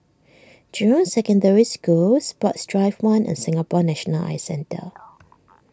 Jurong Secondary School Sports Drive one and Singapore National Eye Centre